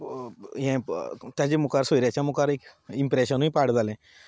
हें ताजे मुखार सोयऱ्याच्या इंप्रेशनय पाड जालें